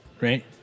right